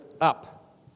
up